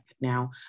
Now